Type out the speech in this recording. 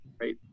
right